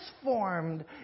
transformed